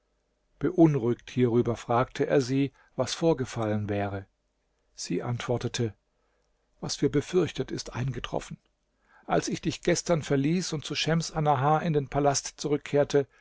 beunruhigt hierüber fragte er sie was vorgefallen wäre sie antwortete was wir befürchtet ist eingetroffen als ich dich gestern verließ und zu schems annahar in den palast zurückkehrte